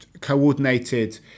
coordinated